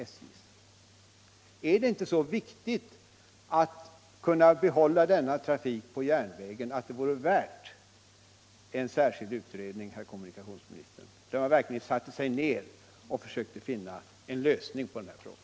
Är det inte så viktigt att kunna behålla denna trafik på järnvägen att det vore värt en särskild utredning, herr kommunikationsminister, där man verkligen satte sig ner och försökte finna en lösning på den här frågan?